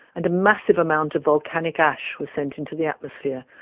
and a massive amount of volcanic ash was sent into the atmosphere,